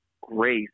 grace